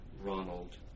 Ronald